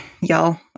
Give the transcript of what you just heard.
Y'all